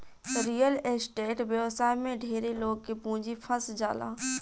real estate व्यवसाय में ढेरे लोग के पूंजी फंस जाला